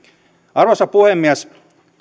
arvoisa puhemies